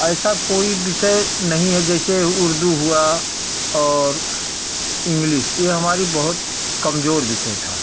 ऐसा कोई विषय नहीं है जैसे उर्दू हुआ और इंग्लिश यह हमारी बहुत कमजोर विषय था